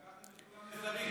לקחתם את כולם לשרים.